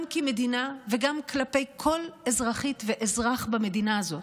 גם כמדינה וגם כלפי כל אזרחית ואזרח במדינה הזאת,